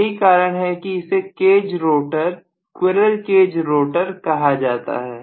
यही कारण है कि इसे cage rotor squirrel cage rotor कहा जाता है